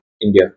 india